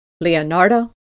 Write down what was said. Leonardo